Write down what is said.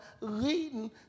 leading